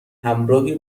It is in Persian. همراهی